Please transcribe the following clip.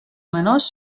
menors